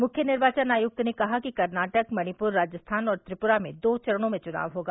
मुख्य निर्वाचन आयुक्त ने कहा कि कर्नाटक मणिपूर राजस्थान और त्रिपुरा में दो चरणों में चुनाव होगा